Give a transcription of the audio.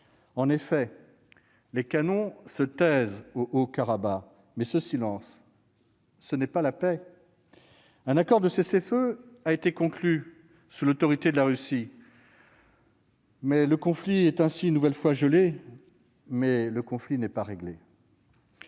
Si les canons se taisent au Haut-Karabagh, ce silence n'est pas la paix. Un accord de cessez-le-feu a été conclu sous l'autorité de la Russie. Le conflit est ainsi une nouvelle fois gelé, mais il n'est pas réglé.